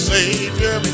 Savior